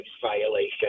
violation